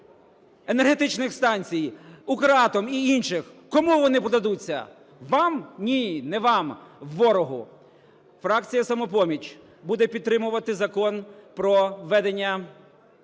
енергетичних станцій, "Укратом" і інших. Кому вони продадуться – вам? Ні, не вам – ворогу. Фракція "Самопоміч" буде підтримувати Закон про введення